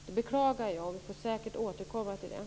Det beklagar jag men vi får säkert återkomma till detta.